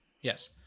Yes